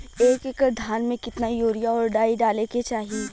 एक एकड़ धान में कितना यूरिया और डाई डाले के चाही?